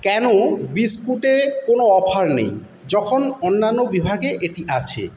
কেন বিস্কুটে কোনও অফার নেই যখন অন্যান্য বিভাগে এটি আছে